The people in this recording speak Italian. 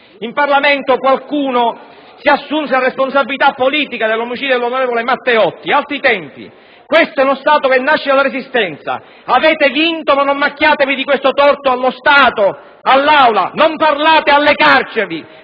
In Parlamento qualcuno si assunse la responsabilità politica dell'omicidio dell'onorevole Matteotti. Altri tempi. Questo è uno Stato che nasce dalla Resistenza. Avete vinto, ma non macchiatevi di questo torto allo Stato e all'Aula. Non parlate alle carceri,